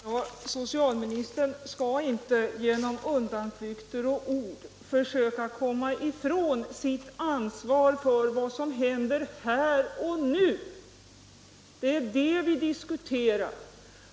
Herr talman! Socialministern skall inte genom undanflykter och ord försöka komma ifrån sitt ansvar för vad som händer här och nu. Det är det vi diskuterar.